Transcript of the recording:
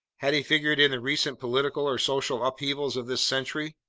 had he figured in the recent political or social upheavals of this century?